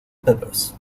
peppers